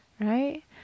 right